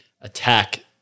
attack